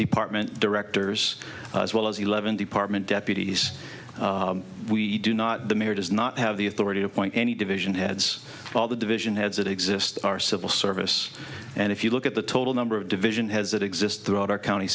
department directors as well as eleven department deputies we do not the mayor does not have the authority to appoint any division heads all the division heads that exist our civil service and if you look at the total number of division has that exists throughout our county